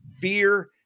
fear